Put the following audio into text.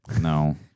No